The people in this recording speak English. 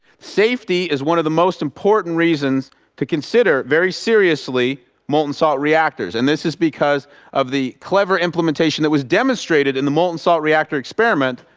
safety is one of the most important reasons to consider very seriously molten salt reactors and this is because of the clever implementation that was demonstrated in the molten salt reactor experiment.